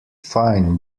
fine